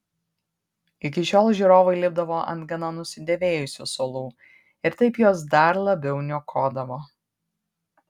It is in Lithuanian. iki šiol žiūrovai lipdavo ant gana nusidėvėjusių suolų ir taip juos dar labiau niokodavo